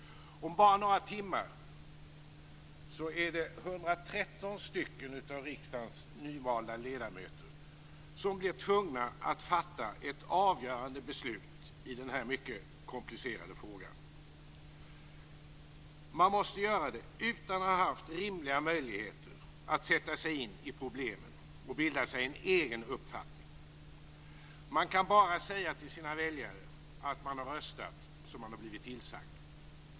Om bara några timmar blir 113 av riksdagens nyvalda ledamöter tvungna att fatta ett avgörande beslut i denna mycket komplicerade fråga. Man måste göra det utan att ha haft rimliga möjligheter att sätta sig in i problemen och bilda sig en egen uppfattning. Man kan bara säga till sina väljare att man har röstat som man har blivit tillsagd.